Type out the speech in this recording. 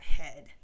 head